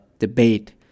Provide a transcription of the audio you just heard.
Debate